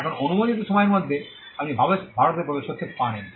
এখন অনুমোদিত সময়ের মধ্যে আপনি ভারতে প্রবেশ করতে পারেন